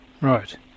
Right